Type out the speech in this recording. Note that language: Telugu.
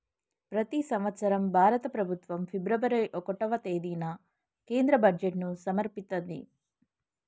ప్రతి సంవత్సరం భారత ప్రభుత్వం ఫిబ్రవరి ఒకటవ తేదీన కేంద్ర బడ్జెట్ను సమర్పిత్తది